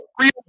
real